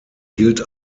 gilt